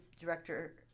director